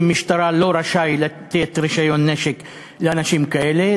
משטרה לא רשאי לתת רישיון נשק לאנשים כאלה.